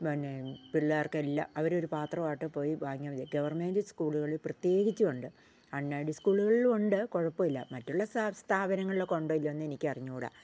പിന്നെ പിള്ളേർക്കെല്ലാം അവർ ഒരു പാത്രമായിട്ട് പോയി വാങ്ങിയാൽ മതി ഗവർമെൻ്റ് സ്കൂളുകളി ൽപ്രത്യേകിച്ചു ഉണ്ട് അൺഎയ്ഡഡ് സ്കൂളുകൾൾ ഉണ്ട് കുഴപ്പമില്ല മറ്റുള്ള സ്ഥാപനങ്ങൾ ഉണ്ടോ ഇല്ലെന്ന് എനിക്ക് അറിഞ്ഞു കൂട